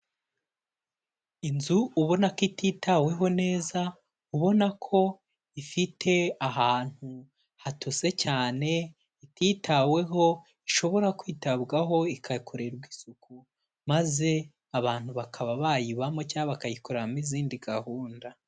Inzu ubona ko ititaweho neza, ubona ko ifite ahantu hatose cyane, ititaweho, ishobora kwitabwaho ikakorerwa isuku, maze abantu bakaba bayibamo cyangwa bakayikoreramo izindi gahunda.